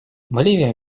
боливия